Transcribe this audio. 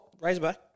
Razorback